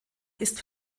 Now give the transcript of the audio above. ist